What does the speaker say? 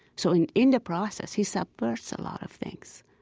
so in in the process, he subverts a lot of things.